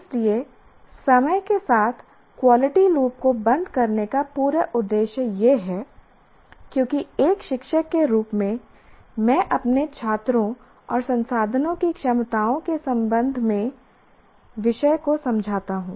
इसलिए समय के साथ क्वालिटी लूप को बंद करने का पूरा उद्देश्य यह है क्योंकि एक शिक्षक के रूप में मैं अपने छात्रों और संसाधनों की क्षमताओं के संबंध में विषय को समझता हूं